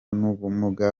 n’ubumuga